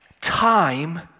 Time